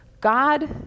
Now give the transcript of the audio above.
God